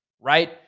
right